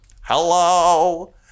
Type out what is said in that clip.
Hello